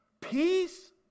peace